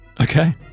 Okay